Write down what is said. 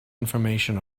information